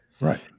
Right